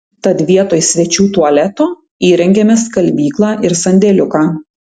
tad vietoj svečių tualeto įrengėme skalbyklą ir sandėliuką